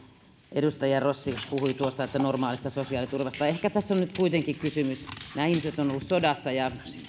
edustaja rossi puhui tuosta normaalista sosiaaliturvasta ehkä tässä on nyt kuitenkin kysymys siitä että nämä ihmiset ovat olleet sodassa ja